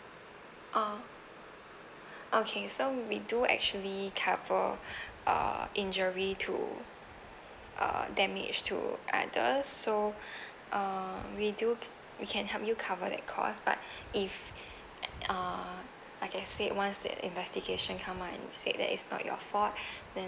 ah okay so we do actually cover uh injury to uh damage to others so uh we do we can help you cover that cost but if uh like I said once the investigation come out and said that is not your fault then